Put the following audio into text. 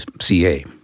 CA